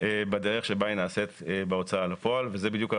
בדרך שבה היא נעשית בהוצאה לפועל וזה בדיוק הרעיון.